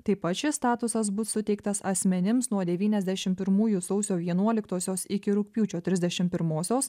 taip pat šis statusas bus suteiktas asmenims nuo devyniasdešim pirmųjų sausio vienuoliktosios iki rugpjūčio trisdešim pirmosios